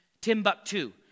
Timbuktu